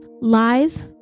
lies